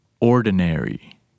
Ordinary